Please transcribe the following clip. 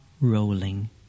rolling